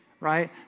Right